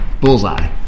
Bullseye